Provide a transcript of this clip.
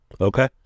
Okay